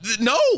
no